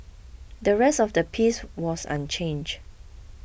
the rest of the piece was unchanged